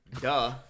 Duh